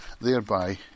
thereby